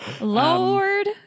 Lord